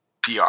PR